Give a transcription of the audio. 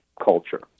culture